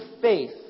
faith